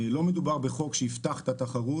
לא מדובר בחוק שיפתח את התחרות.